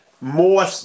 more